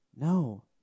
No